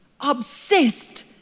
obsessed